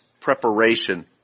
preparation